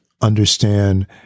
Understand